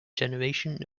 generation